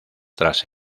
tras